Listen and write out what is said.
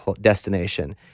destination